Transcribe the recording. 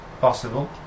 Possible